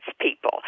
people